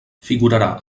figurarà